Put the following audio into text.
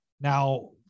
Now